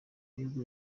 ibihugu